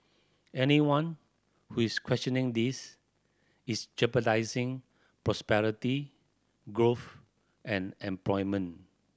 anyone who is questioning this is jeopardising prosperity growth and employment